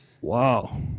Wow